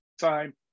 time